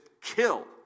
kill